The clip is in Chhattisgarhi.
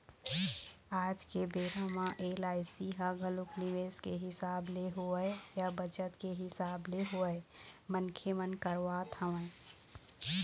आज के बेरा म एल.आई.सी ह घलोक निवेस के हिसाब ले होवय या बचत के हिसाब ले होवय मनखे मन करवात हवँय